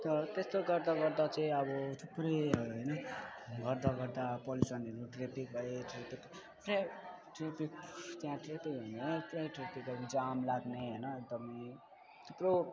त त्यस्तो गर्दा गर्दा चाहिँ अब थुप्रैहरू होइन गर्दा गर्दा अब पल्युसनहरू त्यतिकै त्यहाँ थियो थियो होइन त्यहाँ ट्राफिकहरू जाम लाग्ने होइन एकदम थुप्रो